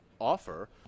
offer